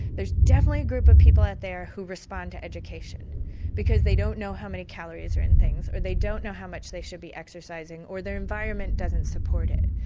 there's definitely a group of people out there who respond to education because they don't know how many calories are in things, or they don't know how much they should be exercising, or their environment doesn't support it.